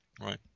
right